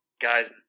guys